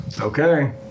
Okay